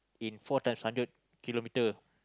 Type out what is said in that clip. in four times hundred kilometre